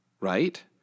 right